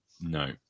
No